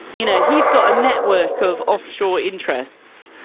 you know, he's got a network of offshore interests.